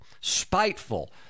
spiteful